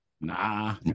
nah